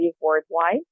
worldwide